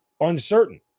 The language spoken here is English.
uncertain